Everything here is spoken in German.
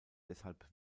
deshalb